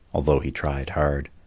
although he tried hard.